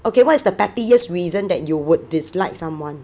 okay what is the pettiest reason that you would dislike someone